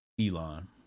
Elon